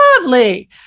Lovely